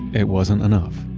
it wasn't enough.